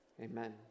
Amen